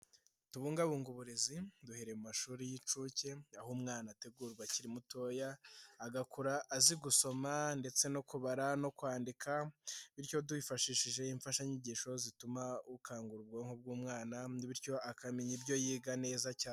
Tubungabunge uburezi, duhereye mu mashuri y'inshuke, aho umwana ategurwa akiri mutoya, agakura azi gusoma ndetse no kubara no kwandika, bityo twifashishije imfashanyigisho zituma ukangura ubwonko bw'umwana bityo akamenya ibyo yiga neza cyane.